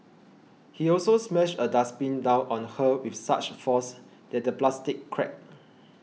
he also smashed a dustbin down on her with such force that the plastic cracked